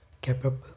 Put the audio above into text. Capable